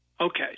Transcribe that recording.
Okay